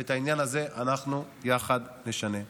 ואת העניין הזה אנחנו יחד נשנה.